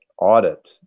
audit